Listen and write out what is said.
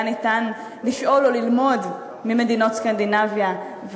ניתן לשאול או ללמוד ממדינות סקנדינביה,